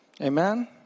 Amen